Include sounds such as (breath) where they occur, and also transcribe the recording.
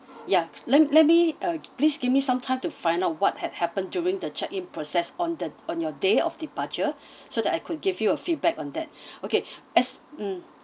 ya let let me uh please give me some time to find out what had happened during the check in process on the on your day of departure (breath) so that I could give you a feedback on that (breath) okay as mm